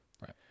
right